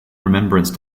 remembrance